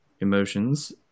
emotions